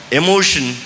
emotion